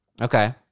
Okay